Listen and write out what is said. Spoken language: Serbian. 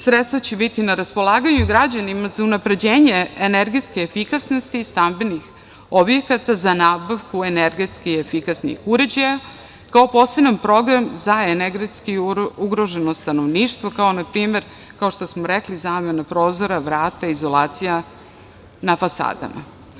Sredstva će biti na raspolaganju građanima za unapređenje energetske efikasnosti stambenih objekata za nabavku energetski efikasnih uređaja kao poseban program za energetski ugroženo stanovništvo, kao na primer, što smo rekli, zamena prozora, vrata i izolacija na fasadama.